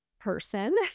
person